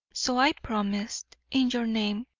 so i promised in your name.